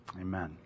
Amen